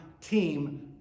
team